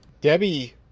Debbie